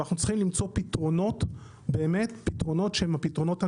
אבל אנחנו צריכים למצוא פתרונות שהם הפתרונות הנכונים,